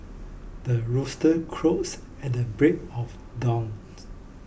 the rooster crows at the break of dawns